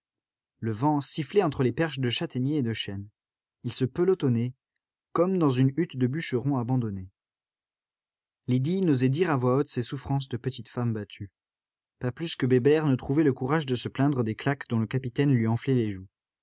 le vent sifflait entre les perches de châtaignier et de chêne ils se pelotonnaient comme dans une hutte de bûcheron abandonnée lydie n'osait dire à voix haute ses souffrances de petite femme battue pas plus que bébert ne trouvait le courage de se plaindre des claques dont le capitaine lui enflait les joues